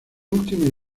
última